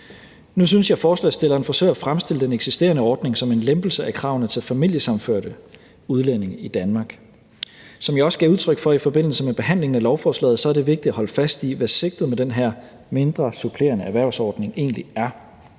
ordføreren for forslagsstillerne forsøger at fremstille den eksisterende ordning som en lempelse af kravene til familiesammenførte udlændinge i Danmark. Som jeg også gav udtryk for i forbindelse med behandlingen af lovforslaget, er det vigtigt at holde fast i, hvad sigtet med den her mindre supplerende erhvervsordning egentlig er.